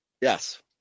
Yes